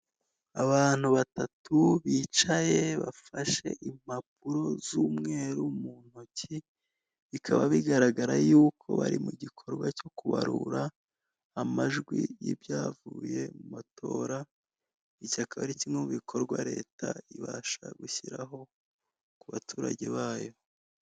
Abantu batatu bicaye bafashe impapuro z'umweru mu ntoki, bikaba bigaragara yuko bari mu gikorwa cyo kubarura amajwi y'ibyavuye mu matora, iki akaba ari kimwe mu ikorwa leta ibasha gushyiraho ku baturage bayo.